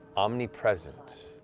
omnipresent.